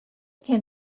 can